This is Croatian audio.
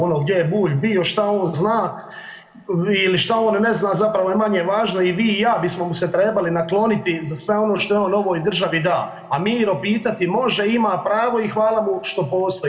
Ono gdje je Bulj bio, šta on zna ili šta on ne zna zapravo je manje važno i vi i ja bismo mu se trebali nakloniti za sve ono što je on ovoj državi da, a Miro pitati može, ima pravo i hvala mu što postoji.